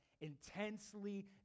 intensely